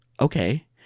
Okay